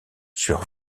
sur